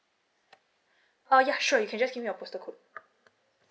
oh ya sure you can just give me your postal code